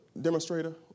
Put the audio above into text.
demonstrator